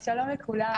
שלום לכולם,